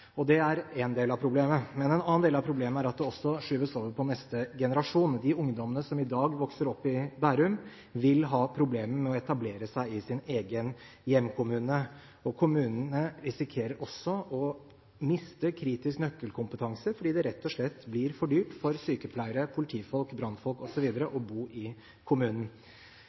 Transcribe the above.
Det er en del av problemet. En annen del av problemet er at det også skyves over på neste generasjon. De ungdommene som i dag vokser opp i Bærum, vil ha problemer med å etablere seg i sin egen hjemkommune. Kommunen risikerer også å miste kritisk nøkkelkompetanse, fordi det rett og slett blir for dyrt for sykepleiere, politifolk, brannfolk osv. å bo i kommunen.